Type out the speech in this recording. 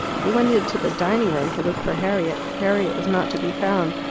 he went into the dining-room to look for harriet. harriet was not to be found.